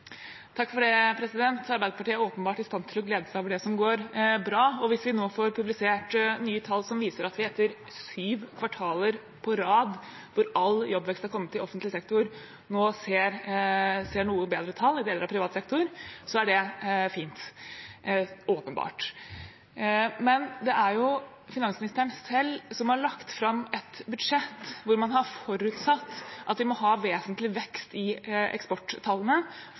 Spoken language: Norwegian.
Arbeiderpartiet er åpenbart i stand til å glede seg over det som går bra, og hvis vi nå får publisert nye tall som viser at det etter syv kvartaler på rad hvor all jobbvekst har kommet i offentlig sektor, nå ser noe bedre ut i deler av privat sektor, så er det fint – åpenbart. Men det er finansministeren selv som har lagt fram et budsjett hvor man har forutsatt at vi må ha vesentlig vekst i eksporttallene